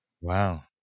Wow